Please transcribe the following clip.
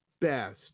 best